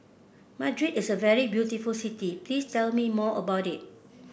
Madrid is a very beautiful city Please tell me more about it